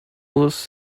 this